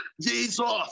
Jesus